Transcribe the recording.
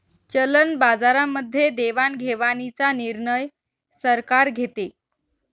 चलन बाजारामध्ये देवाणघेवाणीचा निर्णय सरकार घेते